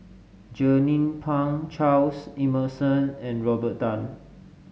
Jernnine Pang Charles Emmerson and Robert Tan